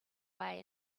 way